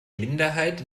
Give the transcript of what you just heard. minderheit